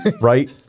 right